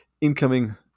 incoming